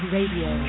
Radio